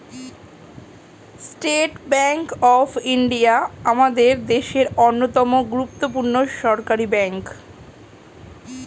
state Bank of India আমাদের দেশের অন্যতম গুরুত্বপূর্ণ সরকারি ব্যাঙ্ক